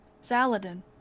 Saladin